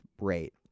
rate